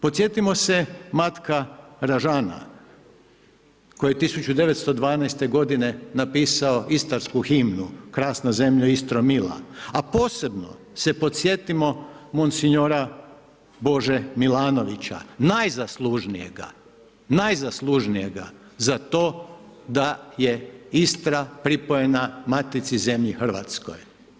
Podsjetimo se Matka Ražana koji je 1912. godine napisao istarsku himnu „Krasna zemlja Istro mila“, a posebno se podsjetimo monsinjora Bože Milanovića najzaslužnijega, najzaslužnijega za to da je Istra pripojena matici zemlji Hrvatskoj.